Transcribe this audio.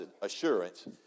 Assurance